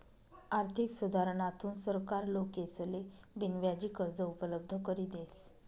आर्थिक सुधारणाथून सरकार लोकेसले बिनव्याजी कर्ज उपलब्ध करी देस